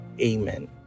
Amen